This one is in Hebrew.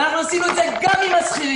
אבל אנחנו עשינו את זה גם עם השכירים.